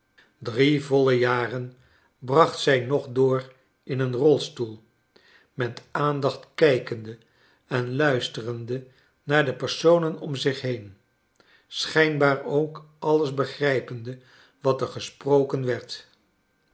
brie voile jaren tsracht zij nog door in een rolstoel met aandacht kijkende en luisterende naar de personen om zich heen schijnbaar ook alles begrijpende wat er gesproken werd